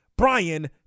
Brian